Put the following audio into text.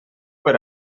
per